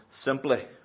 simply